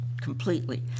completely